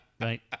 right